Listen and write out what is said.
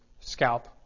scalp